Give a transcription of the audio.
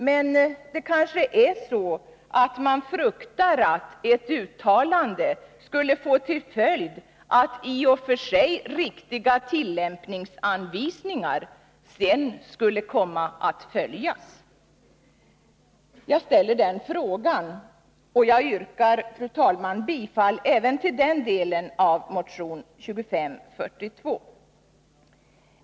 Men man kanske fruktar att ett uttalande skulle få till följd att i och för sig riktiga tillämpningsanvisningar senare skulle komma att följas. Jag frågar om det är så. Fru talman! Jag yrkar bifall till motion 2542 även i den delen.